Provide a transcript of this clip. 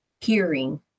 hearing